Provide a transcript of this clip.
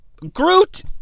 Groot